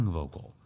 vocal